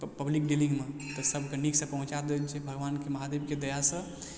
public डीलिंगमे तऽ सबके नीकसँ पहुँचा दै छै भगवानके महादेवके दयासँ